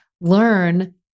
learn